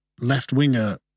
left-winger